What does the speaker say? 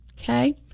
Okay